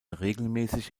regelmäßig